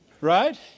Right